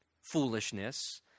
foolishness